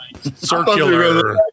circular